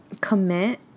commit